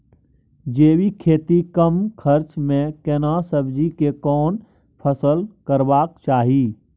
जैविक खेती कम खर्च में केना सब्जी के कोन फसल करबाक चाही?